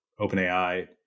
OpenAI